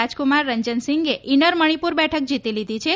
રાજકુમાર રંજન સીંગે ઇનર મણીપુર બેઠક જીતી લીધી છે